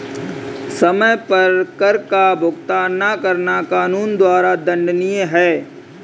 समय पर कर का भुगतान न करना कानून द्वारा दंडनीय है